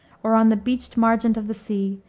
or on the beached margent of the sea,